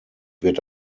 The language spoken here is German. wird